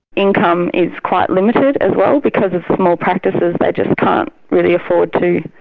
income is quite limited as well because of small practices, they just can't really afford to,